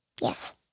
Yes